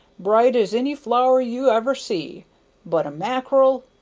bright as any flower you ever see but a mackerel,